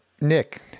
Nick